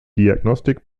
diagnostik